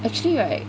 actually right